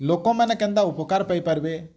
ଲୋକମାନ୍ କେନ୍ତା ଉପକାର୍ ପାଇପାରିବେ